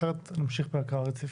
אחרת נמשיך בהקראה רציפה.